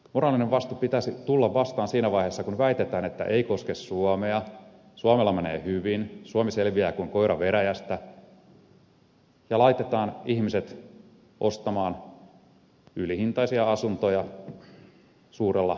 moraalisen vastuun pitäisi tulla vastaan siinä vaiheessa kun väitetään että ei koske suomea suomella menee hyvin suomi selviää kuin koira veräjästä ja laitetaan ihmiset ostamaan ylihintaisia asuntoja suurella luottomäärällä